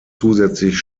zusätzlich